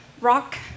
rock